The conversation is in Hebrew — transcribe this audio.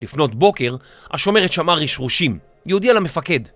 לפנות בוקר השומרת שמעה רשרושים, היא הודיעה למפקד